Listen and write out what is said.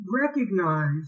recognize